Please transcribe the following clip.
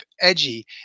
edgy